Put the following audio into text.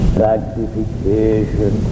sanctification